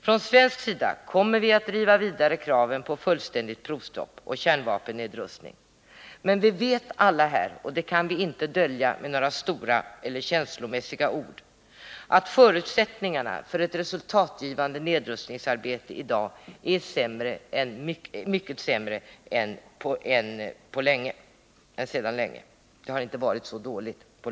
Från svensk sida kommer vi att driva vidare kraven på fullständigt provstopp och kärnvapennedrustning, men alla vet — och det kan vi inte dölja med några stora eller känslomässiga ord — att förutsättningarna för ett resursgivande nedrustningsarbete i dag är mycket sämre än tidigare — det var länge sedan de var så dåliga.